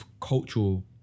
cultural